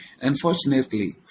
Unfortunately